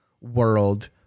world